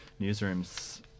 newsrooms